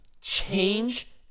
change